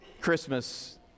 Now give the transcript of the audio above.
Christmas